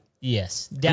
Yes